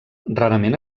rarament